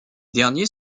derniers